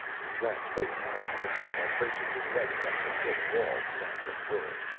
he wrapped both hands around it and, bracing his leg against the pit wall, began to pull.